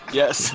yes